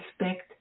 respect